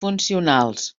funcionals